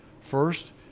first